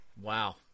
Wow